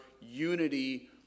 unity